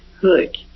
Good